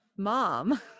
mom